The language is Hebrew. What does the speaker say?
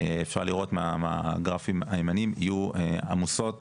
אפשר לראות מהגרפים הימניים, יהיו עמוסות